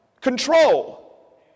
Control